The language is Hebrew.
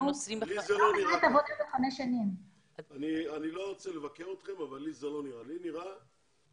אני לא רוצה לבקר אתכם אבל לי זה לא נראה כך.